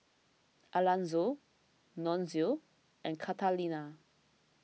Alanzo Nunzio and Catalina